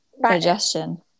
digestion